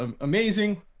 amazing